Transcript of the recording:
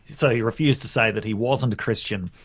so he refused to say that he wasn't a christian.